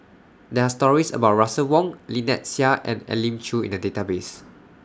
There Are stories about Russel Wong Lynnette Seah and Elim Chew in The Database